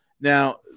Now